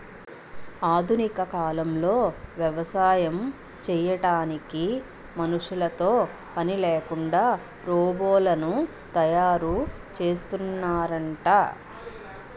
ఆధునిక కాలంలో వ్యవసాయం చేయడానికి మనుషులతో పనిలేకుండా రోబోలను తయారు చేస్తున్నారట